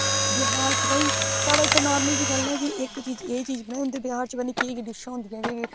ब्याह च भाई साढ़े इत्थै नार्मल जेही गल्ल ऐ कि इक चीज एह् चीज नेई होंदी ब्याह च पता नेई केह् केह् डिशां होदियां ते